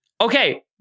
Okay